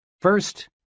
First